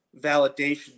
validation